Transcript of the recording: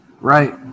Right